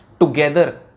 together